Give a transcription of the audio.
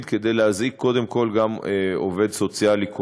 כדי להזעיק קודם כול גם עובד סוציאלי כונן.